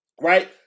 right